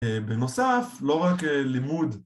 בנוסף, לא רק לימוד